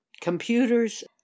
computers